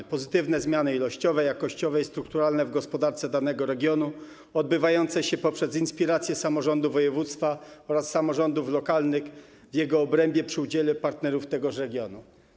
To pozytywne zmiany ilościowe, jakościowe i strukturalne w gospodarce danego regionu, odbywające się poprzez inspirację samorządu województwa oraz samorządów lokalnych w jego obrębie, przy udziale partnerów tegoż regionu.